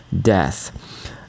death